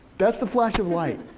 that's the flash of light.